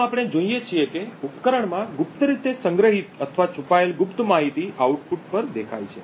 આમ આપણે જોઈએ છીએ કે ઉપકરણમાં ગુપ્ત રીતે સંગ્રહિત અથવા છુપાયેલ ગુપ્ત માહિતી આઉટપુટ પર દેખાય છે